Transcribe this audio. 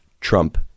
Trump